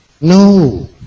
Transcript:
No